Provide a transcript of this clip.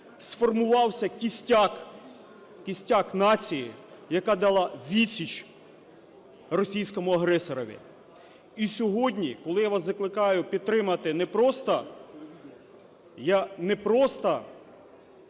сформувався кістяк нації, яка дала відсіч російському агресорові. І сьогодні, коли я вас закликаю підтримати не просто, ви знаєте,